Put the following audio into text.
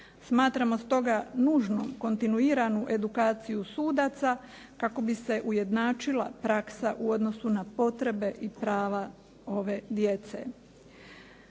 Smatramo stoga nužnom kontinuirani edukaciju sudaca kako bi se ujednačila praksa u odnosu na potrebe i prava ove djece.